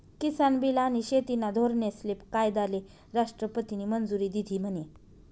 किसान बील आनी शेतीना धोरनेस्ले कायदाले राष्ट्रपतीनी मंजुरी दिधी म्हने?